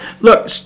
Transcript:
Look